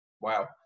wow